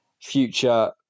future